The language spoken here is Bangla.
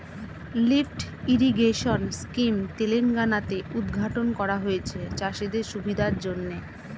লিফ্ট ইরিগেশন স্কিম তেলেঙ্গানা তে উদ্ঘাটন করা হয়েছে চাষিদের সুবিধার জন্যে